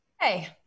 Hey